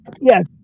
Yes